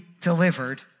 delivered